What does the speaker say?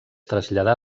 traslladà